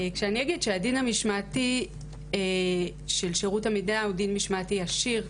כשאני אגיד שהדין המשמעתי של שירות המדינה הוא דין משמעתי ישיר,